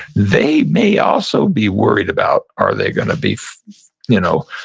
they may also be worried about are they gonna be you know